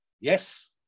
Yes